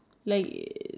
okay